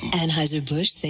Anheuser-Busch